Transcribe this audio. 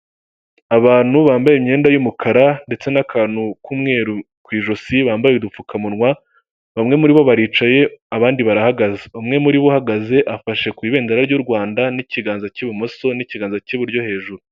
Abantu bambaye imyenda y'umukara ndetse n'akantu k'umweru ku ijosi bambaye, udupfukamunwa, bamwe muri bo baricaye abandi barahagaze, umwe muri bo uhagaze afashe ku ibedera ry'u Rwanda n'ikiganza k'ibumoso n'ikiganza k'iburyo hejuru.